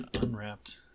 Unwrapped